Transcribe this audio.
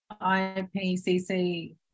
IPCC